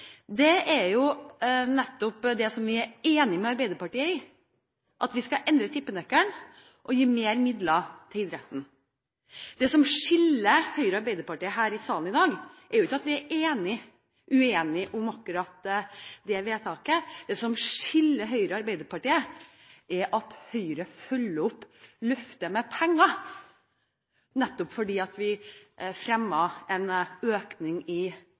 er nettopp det vi er enige med Arbeiderpartiet i, å endre tippenøkkelen og gi mer midler til idretten. Det som skiller Høyre og Arbeiderpartiet her i salen i dag, er ikke at vi er uenige om akkurat dette vedtaket, det som skiller Høyre og Arbeiderpartiet, er at Høyre følger opp løftet med penger, nettopp fordi vi fremmet en økning i